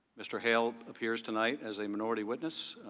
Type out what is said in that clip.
mr. hale appears tonight is a minority witness.